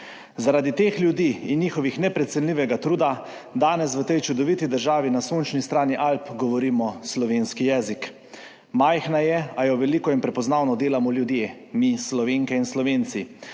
Zaradi teh ljudi in njihovega neprecenljivega truda danes v tej čudoviti državi na sončni strani Alp govorimo slovenski jezik. Majhna je, a jo veliko in prepoznavno delamo ljudje, mi, Slovenke in Slovenci.